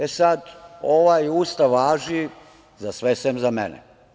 E sad, ovaj Ustav važi za sve, sem za mene.